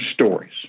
stories